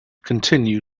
continue